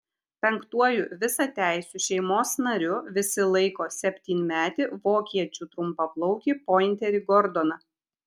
penktuoju visateisiu šeimos nariu visi laiko septynmetį vokiečių trumpaplaukį pointerį gordoną